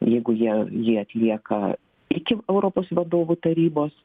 jeigu jie jį atlieka iki europos vadovų tarybos